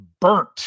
burnt